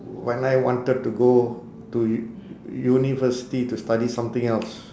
when I wanted to go to u~ university to study something else